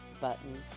button